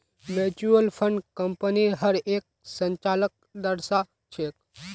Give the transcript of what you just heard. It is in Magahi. म्यूचुअल फंड कम्पनीर हर एक संचालनक दर्शा छेक